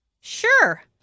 sure